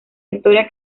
historia